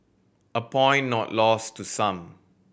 a point not lost to some